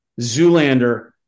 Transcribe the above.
Zoolander